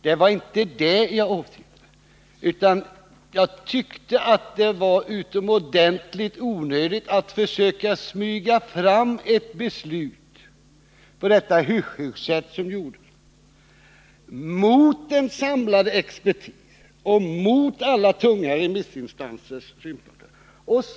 Det var inte det jag åsyftade, utan jag tyckte att det var utomordentligt onödigt att försöka smyga fram ett beslut på detta hyschhysch-sätt — mot en samlad expertis och mot alla de tunga remissinstansernas synpunkter.